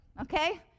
okay